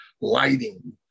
lighting